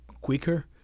quicker